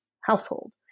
household